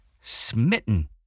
smitten